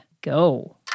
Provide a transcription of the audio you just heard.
Go